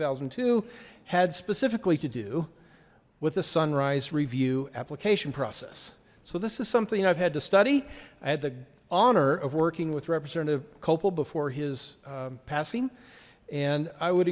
thousand and two had specifically to do with the sunrise review application process so this is something i've had to study i had the honor of working with representative copal before his passing and i would